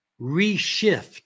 reshift